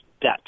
debt